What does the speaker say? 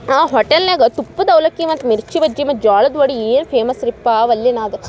ಆ ಹೊಟೆಲ್ನಾಗ ತುಪ್ಪದ ಅವಲಕ್ಕಿ ಮತ್ತು ಮಿರ್ಚಿ ಬಜ್ಜಿ ಮತ್ತು ಜೋಳದ ವಡೆ ಏನು ಫೇಮಸ್ ರೀ ಪಾ ವಲ್ಲೆ ನಾನು ಅದು